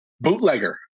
Bootlegger